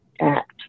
act